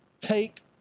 take